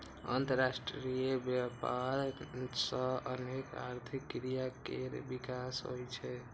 अंतरराष्ट्रीय व्यापार सं अनेक आर्थिक क्रिया केर विकास होइ छै